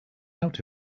out